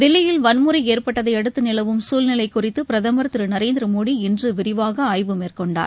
தில்லியில் வள்முறை ஏற்பட்டதையடுத்து நிலவும் சூழ்நிலை குறித்து பிரதமர் திரு நரேந்திர மோடி இன்று விரிவாக ஆய்வு மேற்கொண்டார்